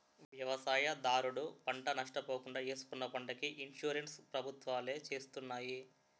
వ్యవసాయదారుడు పంట నష్ట పోకుండా ఏసుకున్న పంటకి ఇన్సూరెన్స్ ప్రభుత్వాలే చేస్తున్నాయి